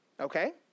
Okay